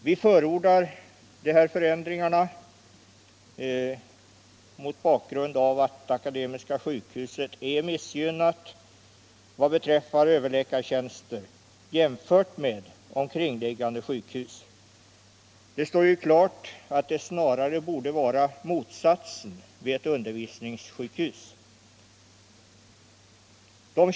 Vi förordar de här förändringarna mot bakgrund av att Akademiska sjukhuset är missgynnat vad beträffar överläkartjänster jämfört med omkringliggande sjukhus. Det står ju klart att det snarare borde vara motsatsen vid ett undervisningssjukhus.